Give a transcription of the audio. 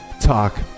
talk